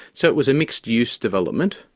so it was a mixed-use development,